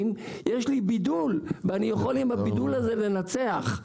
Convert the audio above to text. יש לי בידול ועם הבידול הזה אני יכול לנצח.